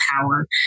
power